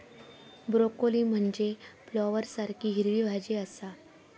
broccoli म्हनजे फ्लॉवरसारखी हिरवी भाजी आसा